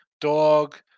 dog